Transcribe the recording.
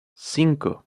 cinco